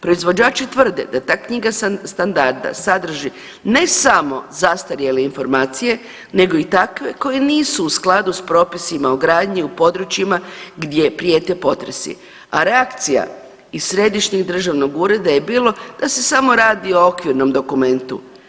Proizvođači tvrde da ta knjiga standarda sadrži ne samo zastarjele informacije nego i takve koje nisu u skladu s propisima o gradnji u područjima gdje prijete potresi, a reakcija iz Središnjeg državnog ureda je bilo da se samo radi o okvirnom dokumentu.